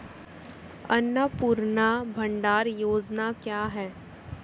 अन्नपूर्णा भंडार योजना क्या है?